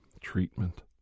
treatment